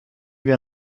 wir